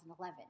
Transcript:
2011